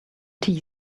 tea